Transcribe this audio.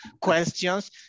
questions